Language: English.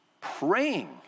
praying